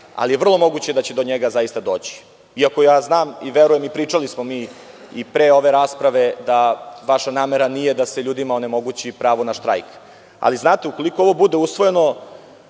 ali je vrlo moguće da će do njega zaista doći, iako znam i verujem, pričali smo i pre ove rasprave da vaša namera nije da se ljudima onemogući pravo na štrajk, ali ukoliko ovo bude usvojeno,